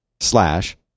slash